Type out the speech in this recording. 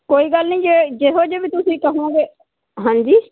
ਕੋਈ ਗੱਲ ਨਹੀਂ ਜਿਹੋ ਜਿਹੇ ਵੀ ਤੁਸੀਂ ਕਹੋਗੇ ਹਾਂਜੀ